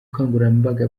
bukangurambaga